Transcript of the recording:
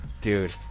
Dude